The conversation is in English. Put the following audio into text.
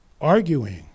Arguing